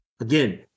Again